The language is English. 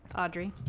audrey?